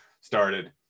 started